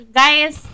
guys